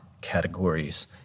categories